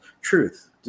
Truth